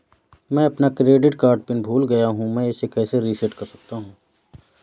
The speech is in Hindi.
मैं अपना क्रेडिट कार्ड पिन भूल गया था मैं इसे कैसे रीसेट कर सकता हूँ?